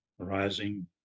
Arising